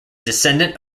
descendant